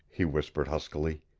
he whispered huskily.